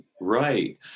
right